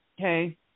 okay